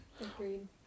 Agreed